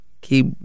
Keep